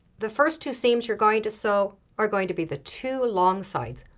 the first two seams you're going to sew are going to be the two long sides,